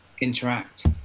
interact